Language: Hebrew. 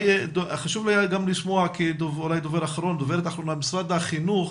חשוב לשמוע את משרד החינוך.